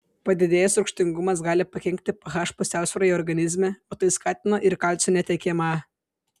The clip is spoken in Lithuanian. padidėjęs rūgštingumas gali pakenkti ph pusiausvyrai organizme o tai skatina ir kalcio netekimą